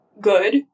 good